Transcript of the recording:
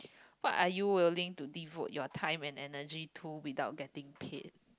what are you willing to devote your time and energy to without getting paid